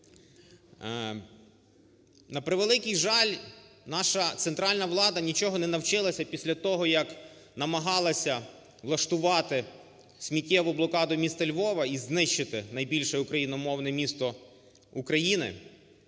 На превеликий жаль, наша центральна влада нічого не навчилася після того, як намагалася влаштувати сміттєву блокаду міста Львова і знищити найбільше україномовне місто України.